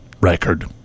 record